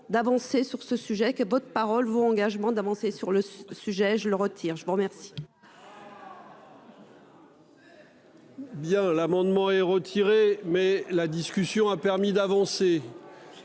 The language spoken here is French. d'avancer sur ce sujet que votre parole vos engagements d'avancer sur le sujet, je le retire, je vous remercie.